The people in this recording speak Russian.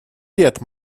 лет